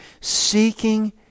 seeking